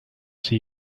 see